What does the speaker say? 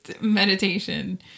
meditation